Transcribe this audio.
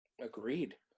Agreed